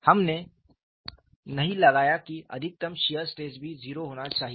हमने नहीं लगाया कि अधिकतम शियर स्ट्रेस भी 0 होना चाहिए